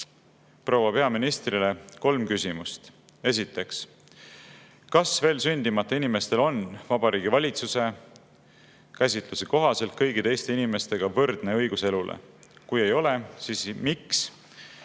proua peaministrile kolm küsimust. Esiteks: "Kas veel sündimata inimestel on Vabariigi Valitsuse käsitluse kohaselt kõigi teiste inimestega võrdne õigus elule? Kui ei ole, siis miks?